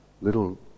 little